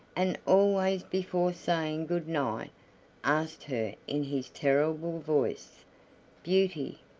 and always before saying good-night asked her in his terrible voice beauty,